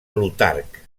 plutarc